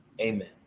amen